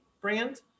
brand